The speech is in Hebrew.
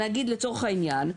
נגיד לצורך העניין,